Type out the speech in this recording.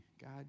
God